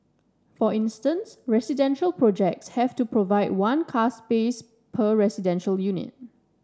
for instance residential projects have to provide one car space per residential unit